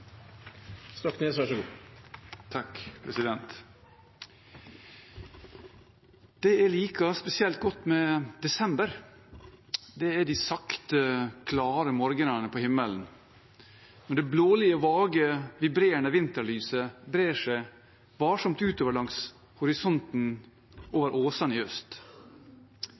de sakte, klare morgenene på himmelen, når det blålige, vage, vibrerende vinterlyset brer seg varsomt utover langs horisonten over åsene i øst.